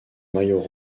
maillot